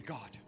God